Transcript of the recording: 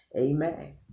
Amen